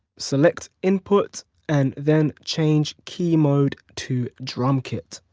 select input and then change keymode to drumkit.